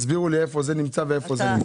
תסבירו לי איפה זה נמצא ואיפה זה נמצא.